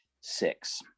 six